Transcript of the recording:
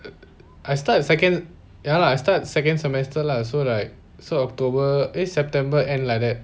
I started second ya lah I start second semester lah so like so october eh september end like that